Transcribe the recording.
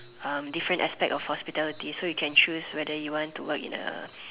um different aspect of hospitality so you can choose whether you want to work in a